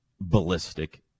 ballistic